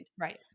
right